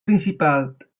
principat